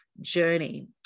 journey